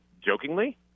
jokingly